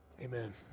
Amen